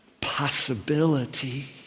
possibility